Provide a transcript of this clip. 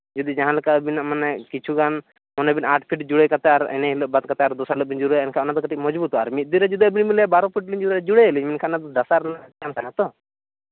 ᱡᱩᱫᱤ ᱡᱟᱦᱟᱸ ᱞᱮᱠᱟ ᱢᱟᱱᱮ ᱟᱹᱵᱤᱱᱟᱜ ᱠᱤᱪᱷᱩ ᱜᱟᱱ ᱢᱚᱱᱮᱭ ᱵᱤᱱ ᱟᱴ ᱯᱷᱤᱴ ᱡᱩᱲᱟᱹᱣ ᱠᱟᱛᱮ ᱟᱨ ᱤᱱᱟᱹ ᱦᱤᱞᱳᱜ ᱵᱟᱫ ᱠᱟᱛᱮ ᱟᱨ ᱫᱚᱥᱟᱨ ᱦᱤᱞᱳᱜ ᱵᱤᱱ ᱡᱩᱲᱟᱹᱭᱟ ᱮᱱᱠᱷᱟᱡ ᱚᱱᱟ ᱫᱚ ᱠᱟᱹᱴᱤᱡ ᱢᱚᱡᱽᱵᱩᱛᱚᱜᱼᱟ ᱟᱨ ᱢᱤᱫ ᱫᱤᱱ ᱨᱮ ᱡᱩᱫᱤ ᱟᱹᱵᱤᱱ ᱞᱟᱹᱭᱟ ᱵᱟᱨᱚ ᱯᱷᱤᱴ ᱞᱤᱧ ᱡᱩᱲᱟᱹᱭᱟ ᱡᱩᱲᱟᱹᱭᱟᱞᱤᱧ ᱢᱮᱱᱠᱷᱟᱱ ᱚᱱᱟᱫᱚ ᱫᱷᱟᱥᱟᱣ ᱨᱮᱱᱟᱜ ᱪᱟᱱᱥ ᱛᱟᱦᱮᱱᱟᱛᱚ